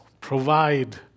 provide